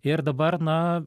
ir dabar na